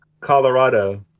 Colorado